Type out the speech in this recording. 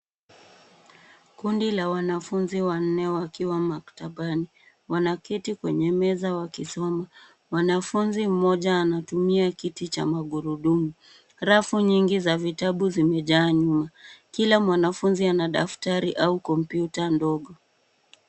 Kundi la wanafunzi wanne wakiwa maktabani wanaketi kwenye meza wakisoma. Mwanafunzi mmoja anatumia kiti cha magurudumu. Rafu nyingi za vitabu zimejaa nyuma. Kila mwanafunzi ana daftari au kompyuta ndogo.